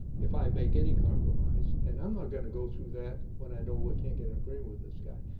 if i make any compromise, and i'm not gonna go through that when i know we can't get an agreement with this guy.